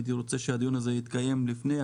הייתי רוצה שהדיון הזה יתקיים לפני.